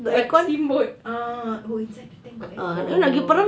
like steamboat ah oh inside the tank got aircon